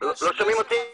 הנקודה השנייה פספסנו,